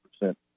percent